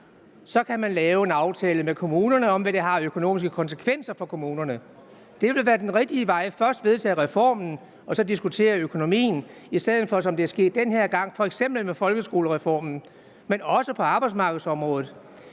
det kan man lave en aftale med kommunerne om, hvad det har af økonomiske konsekvenser for kommunerne. Det vil jo være den rigtige vej: Først vedtager man reformen, og så diskuterer man økonomien i stedet for, som det er sket den her gang med f.eks. folkeskolereformen, men også på arbejdsmarkedsområdet,